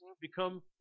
become